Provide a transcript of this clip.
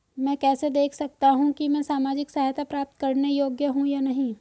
मैं कैसे देख सकता हूं कि मैं सामाजिक सहायता प्राप्त करने योग्य हूं या नहीं?